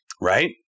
right